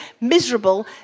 miserable